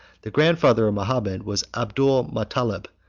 the grandfather of mahomet was abdol motalleb,